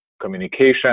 communication